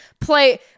play